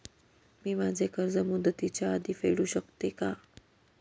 मी माझे कर्ज मुदतीच्या आधी फेडू शकते का?